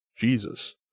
Jesus